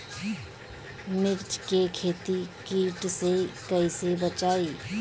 मिर्च के खेती कीट से कइसे बचाई?